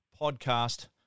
podcast